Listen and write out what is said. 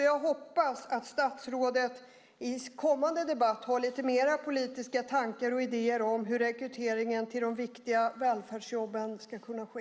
Jag hoppas att statsrådet i den kommande debatten har lite mer politiska tankar och idéer om hur rekryteringen till de viktiga välfärdsjobben ska kunna ske.